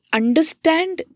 understand